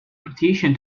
petition